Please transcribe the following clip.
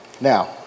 Now